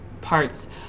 parts